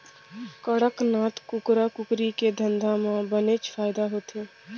कड़कनाथ कुकरा कुकरी के धंधा म बनेच फायदा होथे